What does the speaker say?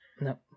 no